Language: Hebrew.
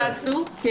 רעיון יפה.